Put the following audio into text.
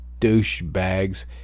douchebags